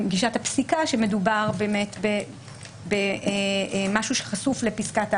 גישת הפסיקה שמדובר באמת במשהו שחשוף לפסקת ההגבלה.